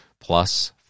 plus